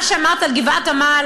מה שאמרת על גבעת עמל,